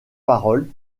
parole